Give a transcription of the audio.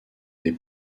des